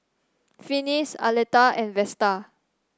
Finis Aleta and Vesta